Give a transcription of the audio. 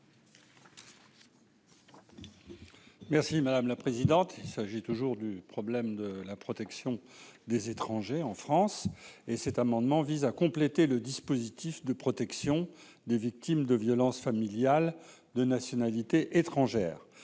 Merci madame la présidente, il s'agit toujours du problème de la protection des étrangers en France et cet amendement vise à compléter le dispositif de protection des victimes de violences familiales, de nationalité étrangère,